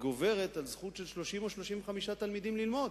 גוברת על הזכות של 30 או 35 תלמידים ללמוד,